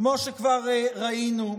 כמו שכבר ראינו,